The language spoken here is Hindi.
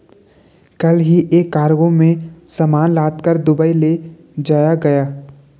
कल ही एक कार्गो में सामान लादकर दुबई ले जाया गया